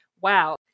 wow